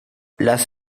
las